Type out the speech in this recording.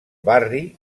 barri